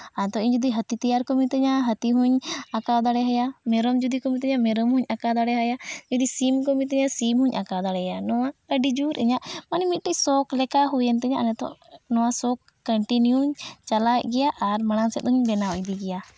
ᱟᱫᱚ ᱤᱧᱫᱚ ᱡᱩᱫᱤ ᱦᱟᱹᱛᱤ ᱛᱮᱭᱟᱨ ᱠᱚ ᱢᱤᱛᱟᱹᱧᱟ ᱦᱟᱹᱛᱤ ᱦᱚᱸᱧ ᱟᱸᱠᱟᱣ ᱫᱟᱲᱮ ᱟᱭᱟ ᱢᱮᱨᱚᱢ ᱡᱩᱫᱤ ᱠᱚ ᱢᱤᱛᱟᱹᱧᱟ ᱢᱮᱨᱚᱢ ᱦᱚᱸᱧ ᱟᱸᱠᱟᱣ ᱫᱟᱲᱮ ᱟᱭᱟ ᱡᱩᱫᱤ ᱥᱤᱢ ᱠᱚ ᱢᱤᱛᱟᱹᱧᱟ ᱥᱤᱢ ᱦᱚᱸᱧ ᱟᱸᱠᱟᱣ ᱫᱟᱲᱮᱭᱟᱭᱟ ᱱᱚᱣᱟ ᱟᱹᱰᱤ ᱡᱳᱨ ᱤᱧᱟᱹᱜ ᱟᱹᱰᱤ ᱡᱳᱨ ᱢᱤᱫᱴᱮᱱ ᱥᱚᱠᱷ ᱞᱮᱠᱟ ᱦᱩᱭᱮᱱ ᱛᱤᱧᱟᱹ ᱟᱨ ᱱᱤᱛᱚᱜ ᱱᱚᱣᱟ ᱥᱚᱠᱷ ᱠᱚᱱᱴᱤᱱᱤᱭᱩ ᱪᱟᱞᱟᱣᱮᱫ ᱜᱮᱭᱟ ᱟᱨ ᱢᱟᱲᱟᱝ ᱥᱮᱫ ᱦᱚᱸᱧ ᱵᱮᱱᱟᱣ ᱤᱫᱤ ᱜᱮᱭᱟ